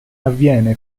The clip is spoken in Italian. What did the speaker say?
avviene